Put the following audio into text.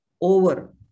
over